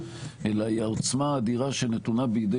אלא היא העוצמה האדירה שנתונה בידי